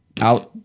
out